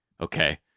Okay